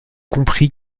compris